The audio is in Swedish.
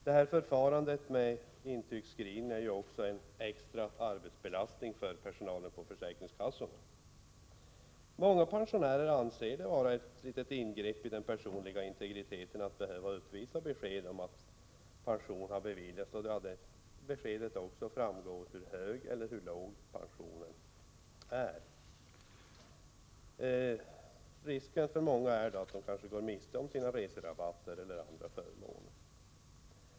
Detta förfarande med intygsskrivning innebär också en extra arbetsbelastning för personalen på försäkringskassorna. Många pensionärer anser det vara något av ett ingrepp i den personliga integriteten att behöva uppvisa besked om att pension har beviljats, eftersom det av detta besked också framgår hur hög, eller låg, pensionen är. För många är risken att de kanske går miste om sina reserabatter eller andra förmåner.